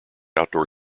outdoor